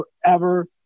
forever